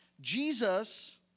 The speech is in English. Jesus